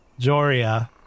Joria